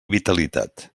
vitalitat